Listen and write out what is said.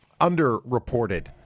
underreported